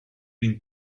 been